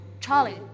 Charlie